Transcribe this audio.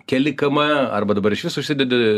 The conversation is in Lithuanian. keli km arba dabar išvis užsidedi